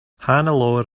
hannelore